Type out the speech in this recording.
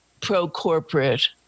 pro-corporate